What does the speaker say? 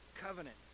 covenant